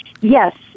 yes